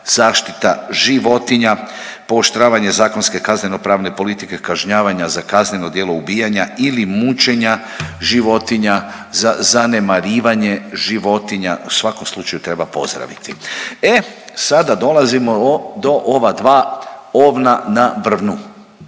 zaštita životinja. Pooštravanje zakonske kazneno-pravne politike kažnjavanja za kazneno djelo ubijanja ili mučenja životinja, za zanemarivanje životinja u svakom slučaju treba pozdraviti. E sada dolazimo do ova dva ovna na brvnu.